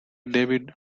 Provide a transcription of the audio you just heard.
david